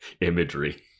imagery